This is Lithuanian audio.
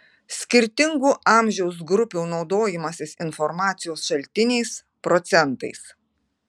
skirtingų amžiaus grupių naudojimasis informacijos šaltiniais procentais